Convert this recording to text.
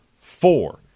four